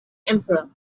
emperor